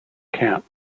camp